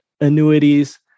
annuities